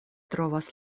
trovas